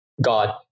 God